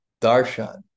darshan